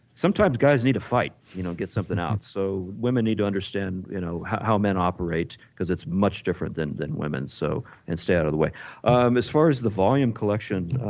sometimes guys need a fight to you know get something out. so women need to understand you know how men operate because it's much different than than women. so and stay out of the way um as far as the volume collection,